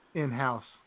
in-house